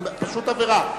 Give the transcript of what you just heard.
פשוט עבירה.